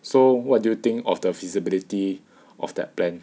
so what do you think of the feasibility of that plan